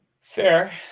Fair